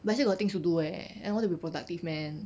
but I still got things to do eh and I want to be productive man